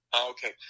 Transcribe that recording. Okay